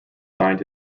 signed